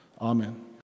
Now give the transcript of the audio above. Amen